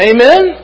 Amen